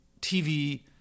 TV